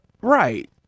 right